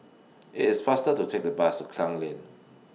IT IS faster to Take The Bus to Klang Lane